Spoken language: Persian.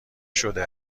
شده